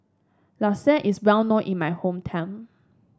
lasagne is well known in my hometown